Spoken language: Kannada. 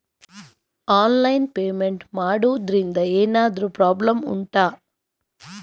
ಆನ್ಲೈನ್ ಪೇಮೆಂಟ್ ಮಾಡುದ್ರಿಂದ ಎಂತಾದ್ರೂ ಪ್ರಾಬ್ಲಮ್ ಉಂಟಾ